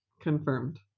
Confirmed